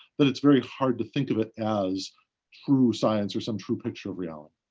that it's very hard to think of it as true science or some true picture of reality.